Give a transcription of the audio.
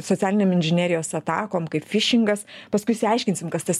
socialinėm inžinerijos atakom kaip fišingas paskui išsiaiškinsim kas tas